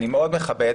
אני מאוד מכבד.